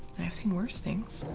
i have seen worse things